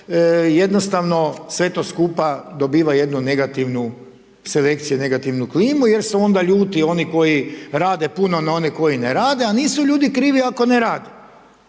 jednostavno sve to skupa dobiva jednu negativnu selekciju, negativnu klimu jer su onda ljuti oni koji rade puno na one koji ne rade a nisu ljudi krivi ako ne rade.